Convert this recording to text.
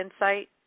insight